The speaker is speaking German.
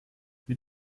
mit